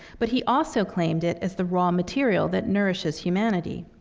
but he also claimed it as the raw material that nourishes humanity.